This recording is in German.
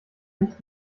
nicht